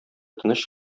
тыныч